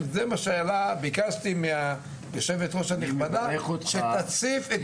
ביקשתי מהיושבת-ראש הנכבדה שתציף את